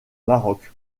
maroc